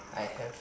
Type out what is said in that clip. I have